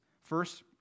First